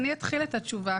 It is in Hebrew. אני אתחיל את התשובה.